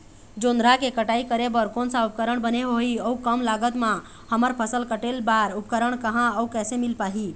जोंधरा के कटाई करें बर कोन सा उपकरण बने होही अऊ कम लागत मा हमर फसल कटेल बार उपकरण कहा अउ कैसे मील पाही?